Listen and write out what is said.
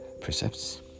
precepts